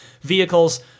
vehicles